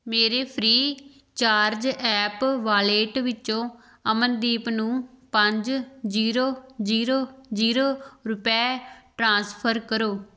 ਮੇਰੇ Freecharge app wallet ਵਿੱਚੋਂ ਅਮਨਦੀਪ ਨੂੰ ਪੰਜ ਜ਼ੀਰੋ ਜ਼ੀਰੋ ਜ਼ੀਰੋ ਰੁਪਏ ਟ੍ਰਾਂਸਫਰ ਕਰੋ